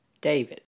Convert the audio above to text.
David